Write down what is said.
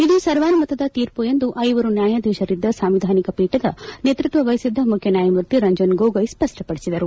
ಇದು ಸರ್ವಾನುಮತದ ತೀರ್ಮ ಎಂದು ಐವರು ನ್ಯಾಯಾಧೀಶರಿದ್ದ ಸಾಂವಿಧಾನಿಕ ಪೀಠದ ನೇತೃತ್ವ ವಹಿಸಿದ್ದ ಮುಖ್ಯನ್ಯಾಯಮೂರ್ತಿ ರಂಜನ್ ಗೋಗೊಯ್ ಸ್ವಪ್ಪಡಿಸಿದರು